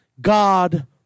God